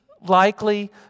likely